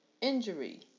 injury